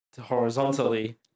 horizontally